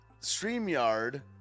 StreamYard